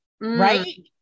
right